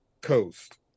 Coast